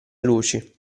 luci